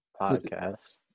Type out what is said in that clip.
podcast